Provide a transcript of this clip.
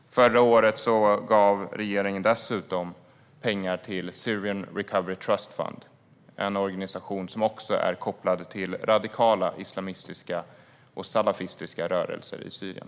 Förra året gav regeringen dessutom pengar till Syrian Recovery Trust Fund, en organisation som också är kopplad till radikala islamistiska och salafistiska rörelser i Syrien.